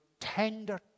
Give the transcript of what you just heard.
tender